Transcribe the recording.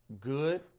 good